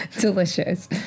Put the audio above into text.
delicious